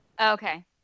Okay